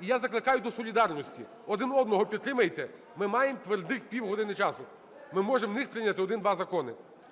І я закликаю до солідарності, один одного підтримайте, ми маємо твердих півгодини часу, ми можемо у них прийняти один-два закони.